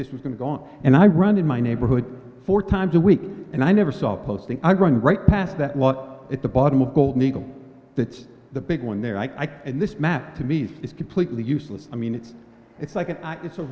this was going to go on and i run in my neighborhood four times a week and i never saw posting i run right past that lot at the bottom of golden eagle thats the big one there i and this map to me is completely useless i mean it's it's like a it's a